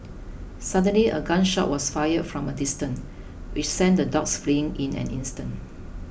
suddenly a gun shot was fired from a distance which sent the dogs fleeing in an instant